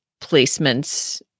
placements